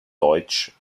deutsch